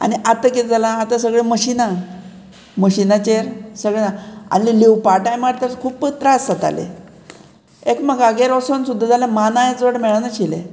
आनी आतां कितें जालां आतां सगळीं मशिनां मशिनाचेर सगळें आनी लिवपा टायमार तर खूप त्रास जाताले एकमेकागेर वोसोन सुद्दां जाल्यार मानाय चड मेळनाशिल्लें